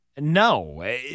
No